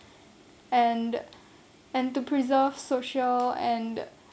and and to preserve social and